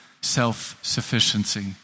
self-sufficiency